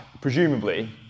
presumably